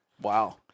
wow